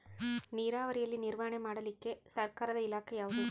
ನೇರಾವರಿಯಲ್ಲಿ ನಿರ್ವಹಣೆ ಮಾಡಲಿಕ್ಕೆ ಸರ್ಕಾರದ ಇಲಾಖೆ ಯಾವುದು?